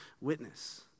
witness